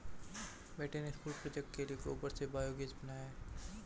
बेटे ने school project के लिए गोबर से बायोगैस बनाया है